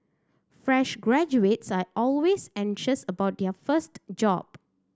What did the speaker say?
fresh graduates are always anxious about their first job